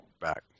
back